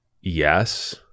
yes